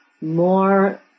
more